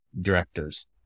directors